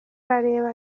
arareba